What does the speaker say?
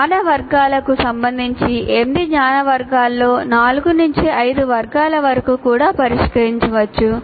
జ్ఞాన వర్గాలకు సంబంధించి 8 జ్ఞాన వర్గాలలో 4 5 వర్గాల వరకు కూడా పరిష్కరించవచ్చు